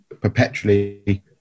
perpetually